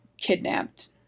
kidnapped